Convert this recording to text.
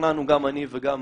השתכנענו גם אני וגם